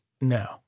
No